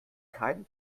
keine